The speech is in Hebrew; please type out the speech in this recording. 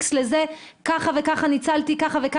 X לזה - ניצלת ככה וככה,